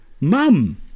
mum